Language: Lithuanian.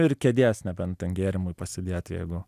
ir kėdės nebent ten gėrimui pasidėt jeigu